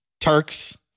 Turks